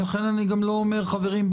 לכן אני גם לא אומר: חברים,